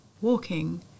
walking